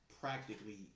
practically